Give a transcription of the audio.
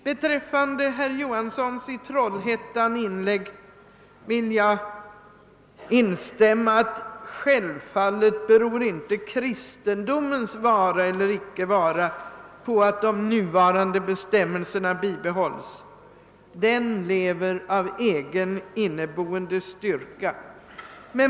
Beträffande herr Johanssons i Trollhättan inlägg vill jag instämma i att självfallet beror inte kristendomens va ra eller icke vara på att de nuvarande bestämmelserna bibehålles. Den lever av egen inneboende styrka.